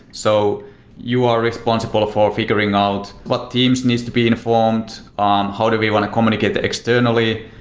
so you are responsible for figuring out what teams needs to be informed, um how do we want to communicate that externally?